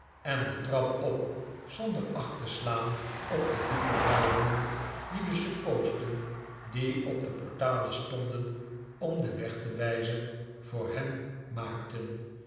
en de trap op zonder acht te slaan op de diepe buigingen die de suppoosten die op de portalen stonden om den weg te wijzen voor hem maakten